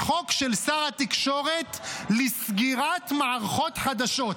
החוק של שר התקשורת לסגירת מערכות חדשות.